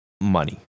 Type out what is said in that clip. money